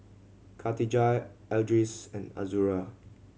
Khatijah Idris and Azura